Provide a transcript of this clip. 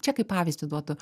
čia kaip pavyzdį duodu